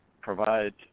provide